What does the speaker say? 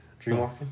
Dreamwalking